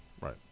Right